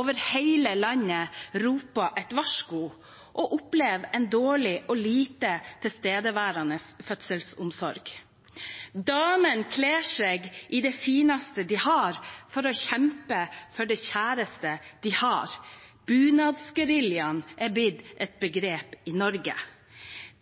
over hele landet roper et varsko og opplever en dårlig og lite tilstedeværende fødselsomsorg. Damene kler seg i det fineste de har, for å kjempe for det kjæreste de har. «Bunadsgeriljaen» har blitt et begrep i Norge.